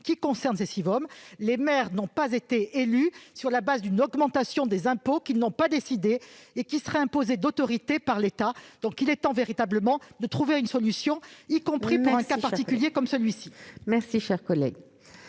concernant les Sivom. Les maires n'ont pas été élus sur la base d'une augmentation des impôts qu'ils n'ont pas décidée et qui serait imposée d'autorité par l'État ! Véritablement, il est temps de trouver une solution, y compris pour un cas particulier comme celui-ci. La parole est